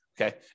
okay